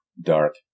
dark